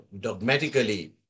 dogmatically